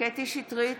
קטי קטרין שטרית,